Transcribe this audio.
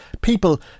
people